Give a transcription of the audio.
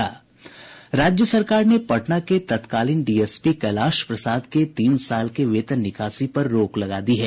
राज्य सरकार ने पटना के तत्कालीन डीएसपी कैलाश प्रसाद के तीन साल के वेतन निकासी पर रोक लगा दी है